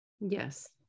Yes